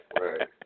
right